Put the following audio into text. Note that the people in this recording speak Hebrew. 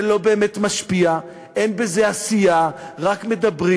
זה לא באמת משפיע, אין בזה עשייה, רק מדברים.